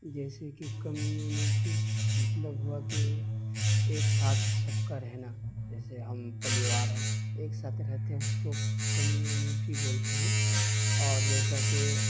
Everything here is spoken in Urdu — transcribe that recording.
جیسے کہ کمیونٹی مطلب ہوا کہ ایک ساتھ سب کا رہنا جیسے ہم پریوار ہیں ایک ساتھ رہتے ہیں اس کو کمیونٹی بولتے ہیں اور جیسا کہ